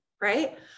right